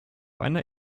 einer